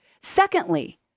Secondly